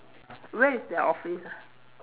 where is their office ah